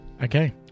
Okay